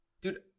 dude